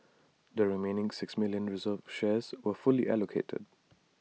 the remaining six million reserved shares were fully allocated